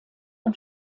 und